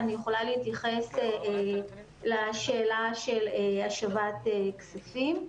אני יכולה להתייחס לשאלה של השבת כספים.